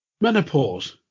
Menopause